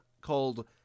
called